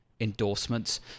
endorsements